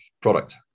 product